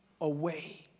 away